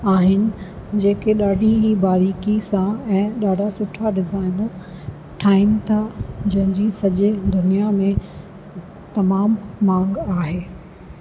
आहिनि जेके ॾाढी ई बारीकी सां ऐं ॾाढा सुठा डिज़ाईन ठाहिनि था जंहिं जी सॼे दुनिया में तमामु मांग आहे